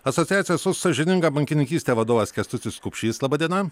asociacijos už sąžiningą bankininkystę vadovas kęstutis kupšys laba diena